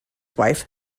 wife